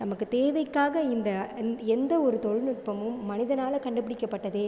நமக்கு தேவைக்காக இந்த எந் எந்த ஒரு தொழில்நுட்பமும் மனிதனால் கண்டுபிடிக்கப்பட்டதே